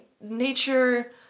nature